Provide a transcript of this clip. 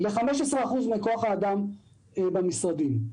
ל-15% מכוח האדם במשרדים.